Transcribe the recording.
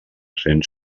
cents